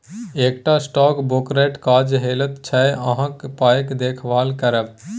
एकटा स्टॉक ब्रोकरक काज होइत छै अहाँक पायक देखभाल करब